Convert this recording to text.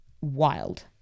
wild